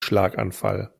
schlaganfall